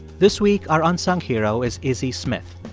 this week, our unsung hero is izzi smith.